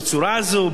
בצורה הזו,